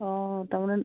অঁ তাৰমানে